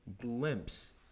glimpse